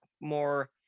more